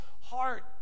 heart